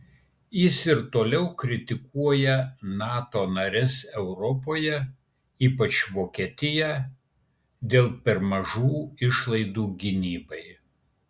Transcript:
jis ir toliau kritikuoja nato nares europoje ypač vokietiją dėl per mažų išlaidų gynybai